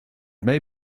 may